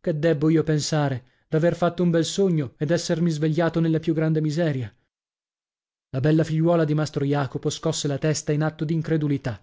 che debbo io pensare d'aver fatto un bel sogno e d'essermi svegliato nella più grande miseria la bella figliuola di mastro jacopo scosse la testa in atto d'incredulità